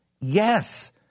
Yes